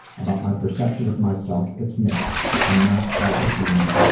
about my perception of myself, it's mixed and not all the time